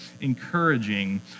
encouraging